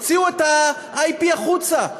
הוציאו את ה-IP החוצה.